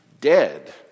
dead